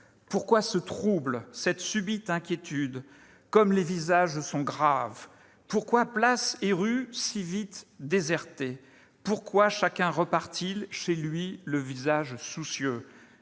Pourquoi ce trouble, cette subite inquiétude ?-Comme les visages sont graves !« Pourquoi places et rues si vite désertées ?« Pourquoi chacun repart-il chez lui le visage soucieux ?